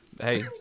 Hey